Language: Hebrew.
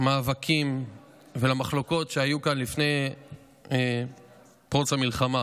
למאבקים ולמחלוקות שהיו כאן לפני פרוץ המלחמה.